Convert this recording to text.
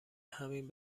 همین